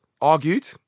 argued